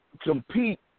compete